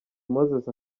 moses